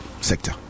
sector